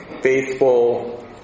Faithful